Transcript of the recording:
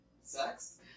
Sex